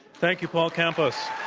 thank you, paul campos.